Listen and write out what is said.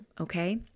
okay